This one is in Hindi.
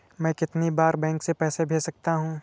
मैं कितनी बार बैंक से पैसे भेज सकता हूँ?